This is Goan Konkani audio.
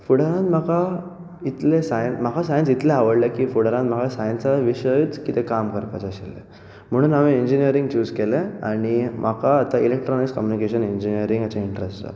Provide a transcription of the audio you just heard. फुडाराक म्हाका सायन्स म्हाका इतलें आवडलें की फुडाराक म्हाका सायन्स हा विशयच कितें काम करपाचें आशिल्लें म्हणून हांवें इंजिनियरींग च्युझ केलें आनी म्हाका आतां इलेक्ट्रोनीक्स कम्यूनिकेशन इंजिनियरींग हाचो इंट्रस्ट आसा